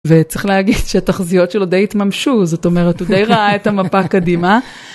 וצריך להגיד שהתחזיות שלו די התממשו, זאת אומרת הוא די ראה את המפה קדימה.